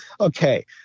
Okay